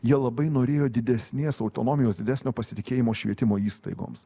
jie labai norėjo didesnės autonomijos didesnio pasitikėjimo švietimo įstaigoms